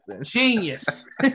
genius